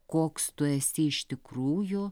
koks tu esi iš tikrųjų